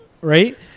right